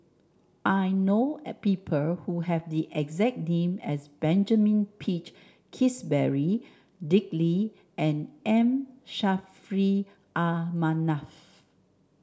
I know a people who have the exact name as Benjamin Peach Keasberry Dick Lee and M Saffri Ah Manaf